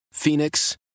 Phoenix